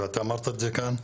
ואתה אמרת את זה כאן,